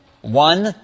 One